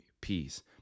peace